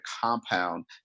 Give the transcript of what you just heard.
compound